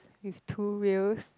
with two wheels